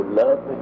love